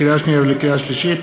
לקריאה שנייה ולקריאה שלישית,